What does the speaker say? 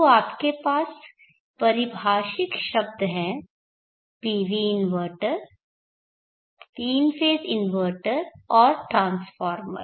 तो आपके पास पारिभाषिक शब्द हैं PV इन्वर्टर तीन फेज़ इन्वर्टर और ट्रांसफार्मर